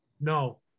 no